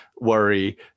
worry